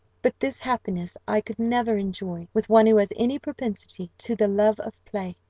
but this happiness i could never enjoy with one who has any propensity to the love of play.